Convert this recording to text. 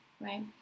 right